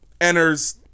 enters